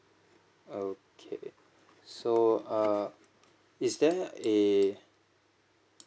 okay so err is there a